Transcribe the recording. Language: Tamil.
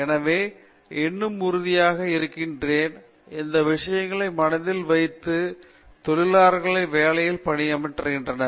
நான் இன்னும் உறுதியாக இருக்கிறேன் இந்த விஷயங்களை மனதில் வைத்து தொழிலாளர்களை வேலையில் பணியமர்த்துகின்றனர்